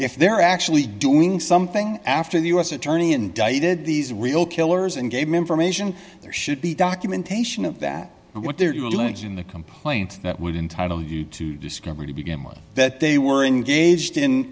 if they're actually doing something after the u s attorney indicted these real killers and gave me information there should be documentation of that and what they're doing in the complaint that would entitle you to discovery to begin with that they were in gauged in